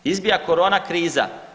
Izbija corona kriza.